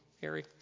Harry